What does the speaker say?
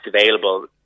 available